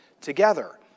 together